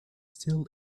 still